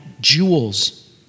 jewels